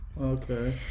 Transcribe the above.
Okay